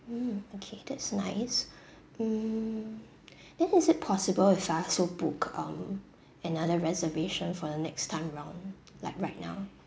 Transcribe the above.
mm okay that's nice mm then is it possible if I also book um another reservation for the next time round like right now